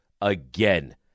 again